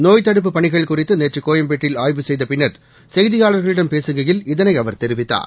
நோய்த் தடுப்புப் பணிகள் குறித்து நேற்று கோயம்பேட்டில் ஆய்வு செய்த பின்னர் செய்தியாளர்களிடம் பேசுகையில் இதனை அவர் தெரிவித்தார்